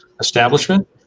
establishment